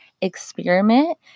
experiment